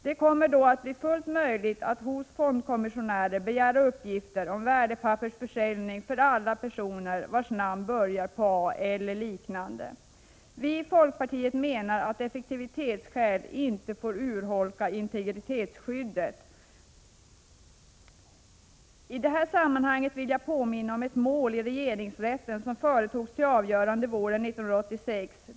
Det kommer då att bli fullt möjligt att hos fondkommissionärer begära uppgifter om värdepappersförsäljning för alla personer vars namn börjar på A eller liknande. Vi i folkpartiet menar att effektivitetsskäl inte får urholka integritetsskyddet. I det här sammanhanget vill jag påminna om ett mål i regeringsrätten som företogs till avgörande våren 1986.